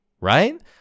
Right